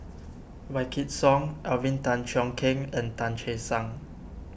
Wykidd Song Alvin Tan Cheong Kheng and Tan Che Sang